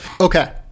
Okay